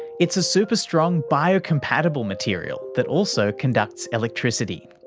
it's a super strong biocompatible material that also conducts electricity.